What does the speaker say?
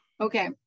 Okay